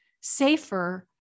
safer